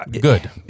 Good